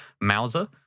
Mauser